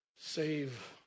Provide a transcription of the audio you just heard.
save